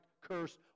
curse